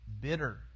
bitter